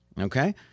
okay